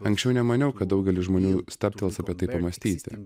anksčiau nemaniau kad daugelis žmonių stabtels apie tai pamąstyti